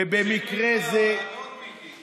ובמקרה זה, מה, לא, בוועדות, מיקי?